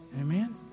Amen